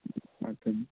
okay అండి